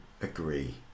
agree